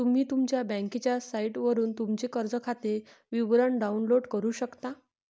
तुम्ही तुमच्या बँकेच्या साइटवरून तुमचे कर्ज खाते विवरण डाउनलोड करू शकता